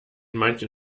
manchen